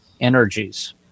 energies